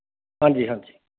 ਹਾਂਜੀ ਹਾਂਜੀ